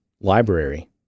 library